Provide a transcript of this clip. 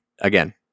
again